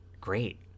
great